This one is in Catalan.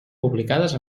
publicades